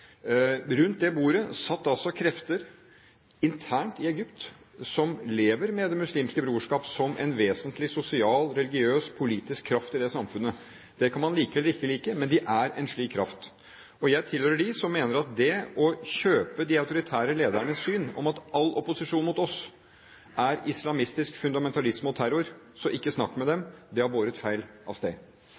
Rundt det bordet satt altså krefter internt i Egypt som lever med Det muslimske brorskap som en vesentlig sosial, religiøs og politisk kraft i det samfunnet. Det kan man like eller ikke like, men de er en slik kraft. Jeg tilhører dem som mener at det å kjøpe de autoritære ledernes syn om at all opposisjon mot dem er islamistisk fundamentalisme og terror, så ikke snakk med dem, har båret feil avsted. Vi tar klart avstand fra mange av